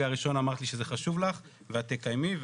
הראשון אמרת לי שזה חשוב לך ואת תקיימי,